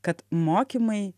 kad mokymai